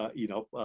ah you know,